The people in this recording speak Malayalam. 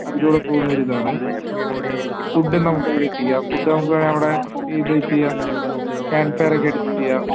അതിലൂടെ പോകുന്ന ഒരിതാണ് ഫുഡ് നമുക്കിവിടെ ചെയ്യാം ഫുഡ് നമുക്ക് വേണേൽ അവിടെ സ്റ്റേ ചെയ്ത് ചെയ്യാം ക്യാമ്പ് ഫയറൊക്കെ അടിച്ച് ചെയ്യാം